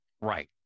Right